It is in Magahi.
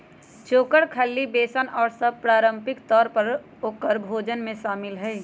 चोकर, खल्ली, बेसन और सब पारम्परिक तौर पर औकर भोजन में शामिल हई